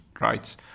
rights